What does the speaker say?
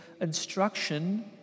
instruction